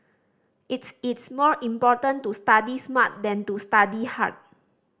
it's it's more important to study smart than to study hard